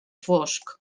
fosc